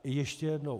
Ještě jednou.